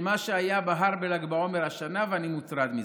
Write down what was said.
ממה שיהיה בהר בל"ג בעומר השנה, ואני מוטרד מזה.